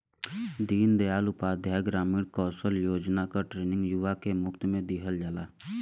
दीन दयाल उपाध्याय ग्रामीण कौशल योजना क ट्रेनिंग युवा के मुफ्त में दिहल जाला